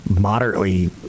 moderately